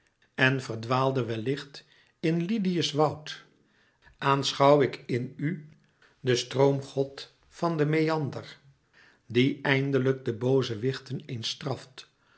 en verdwaaldet wellicht in lydië's woud aanschouw ik in u den stroomgod van den meander die eindelijk de booze wichten eens straft